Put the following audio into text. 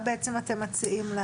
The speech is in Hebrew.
מה בעצם אתם מציעים?